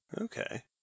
Okay